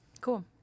Cool